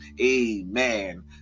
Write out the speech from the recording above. Amen